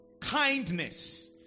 kindness